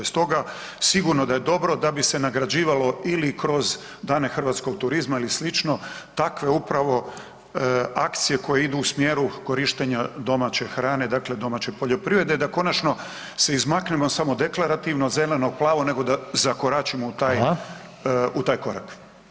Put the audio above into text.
Stoga sigurno da je dobro da bi se nagrađivalo ili kroz Dane hrvatskog turizma ili slično takve upravo akcije koje idu u smjeru korištenja domaće hrane, dakle domaće poljoprivrede da konačno se izmaknemo samo deklarativno zeleno-plavo nego da zakoračimo [[Upadica: Hvala]] u taj, u taj korak.